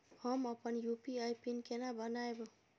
हम अपन UPI PIN केना बनैब?